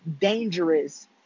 dangerous